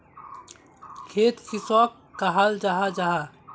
खेत किसोक कहाल जाहा जाहा?